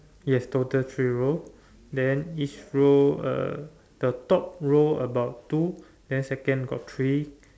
yes total three row then each row uh the top row about two then second got three